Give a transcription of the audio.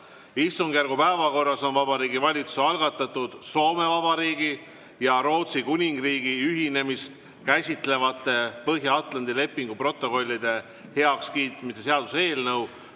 Istungjärgu päevakorras on Vabariigi Valitsuse algatatud Soome Vabariigi ja Rootsi Kuningriigi ühinemist käsitlevate Põhja-Atlandi lepingu protokollide heakskiitmise seaduse eelnõu